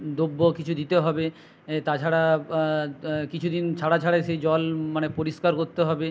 দ্রব্য কিছু দিতে হবে তাছাড়া কিছু দিন ছাড়া ছাড়াই সেই জল মানে পরিষ্কার করতে হবে